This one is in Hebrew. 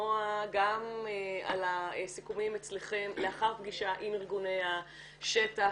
לשמוע גם על הסיכומים אצלכם לאחר פגישה עם ארגוני השטח,